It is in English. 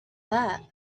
that